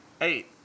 Eight